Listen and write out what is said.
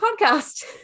podcast